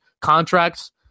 contracts